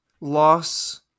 loss